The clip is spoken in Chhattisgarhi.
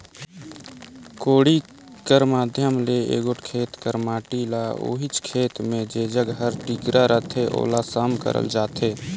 कोड़ी कर माध्यम ले एगोट खेत कर माटी ल ओहिच खेत मे जेजग हर टिकरा रहथे ओला सम करल जाथे